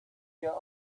your